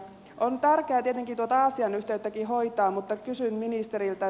on tärkeää tietenkin tuota aasian yhteyttäkin hoitaa mutta kysyn ministeriltä